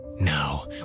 Now